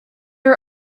are